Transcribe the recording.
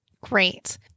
Great